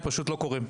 לא קורים.